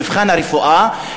מבחן הרפואה,